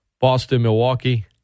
Boston-Milwaukee